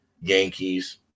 Yankees